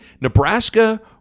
Nebraska